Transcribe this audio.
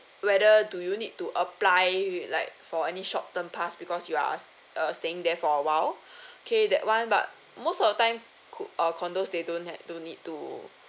whether do you need to apply like for any short term pass because you are err staying there for awhile okay that one but most of time co~ uh condos they don't have don't need to